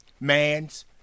Man's